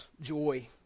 joy